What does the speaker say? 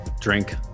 Drink